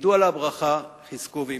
עמדו על הברכה, חזקו ואמצו.